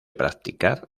practicar